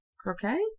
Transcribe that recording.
croquet